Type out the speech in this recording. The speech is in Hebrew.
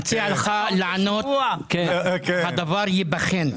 אני מציע לך לענות: הדבר ייבחן.